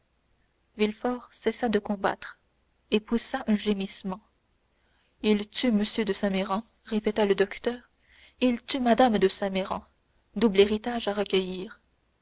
villefort cessa de combattre et poussa un gémissement il tue m de saint méran répéta le docteur il tue mme de saint méran double héritage à recueillir